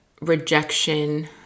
rejection